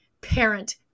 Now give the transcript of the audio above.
parent